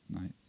right